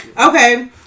Okay